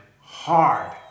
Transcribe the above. hard